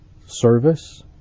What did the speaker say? service